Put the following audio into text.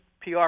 PR